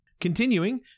Continuing